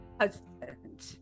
husband